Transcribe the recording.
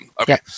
Okay